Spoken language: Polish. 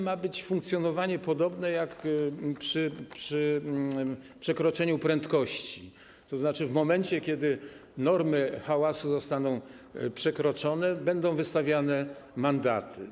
Mają funkcjonować podobnie jak w przypadku przekroczenia prędkości, tzn. w momencie, kiedy normy hałasu zostaną przekroczone, będą wystawiane mandaty.